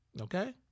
Okay